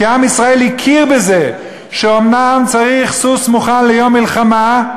כי עם ישראל הכיר בזה שאומנם צריך סוס מוכן ליום מלחמה,